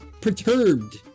perturbed